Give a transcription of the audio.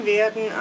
werden